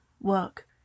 work